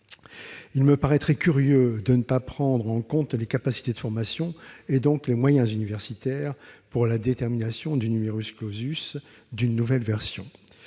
il me paraîtrait curieux de ne pas prendre en compte les capacités de formation, et donc les moyens universitaires, pour la détermination du nouvelle version.